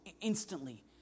instantly